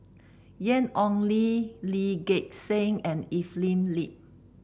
Ian Ong Li Lee Gek Seng and Evelyn Lip